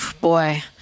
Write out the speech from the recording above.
boy